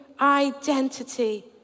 identity